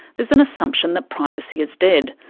there's an assumption that privacy is dead.